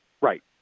Right